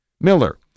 Miller